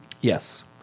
Yes